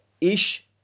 ish